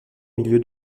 milieu